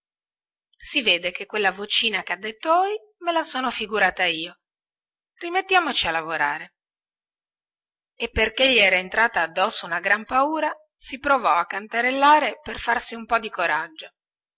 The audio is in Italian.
si vede che quella vocina che ha detto ohi me la sono figurata io rimettiamoci a lavorare e perché gli era entrata addosso una gran paura si provò a canterellare per farsi un po di coraggio